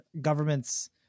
governments